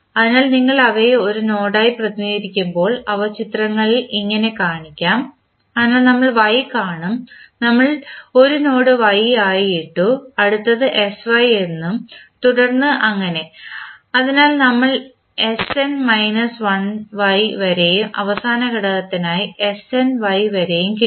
അതിനാൽ നിങ്ങൾ അവയെ ഒരു നോഡായി പ്രതിനിധീകരിക്കുമ്പോൾ അവ ചിത്രത്തിൽ ഇങ്ങനെ കാണിക്കാം അതിനാൽ നമ്മൾ y കാണും നമ്മൾ ഒരു നോഡ് Y ആയി ഇട്ടു അടുത്തത് sY എന്നും തുടർന്ന് അങ്ങനെ അതിനാൽ നമ്മൾക്ക് sn മൈനസ് 1Y വരെയും അവസാന ഘടകത്തിനായി snY വരെയും കിട്ടി